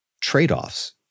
trade-offs